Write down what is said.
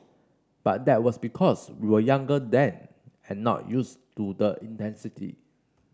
but that was because we were younger then and not used to the intensity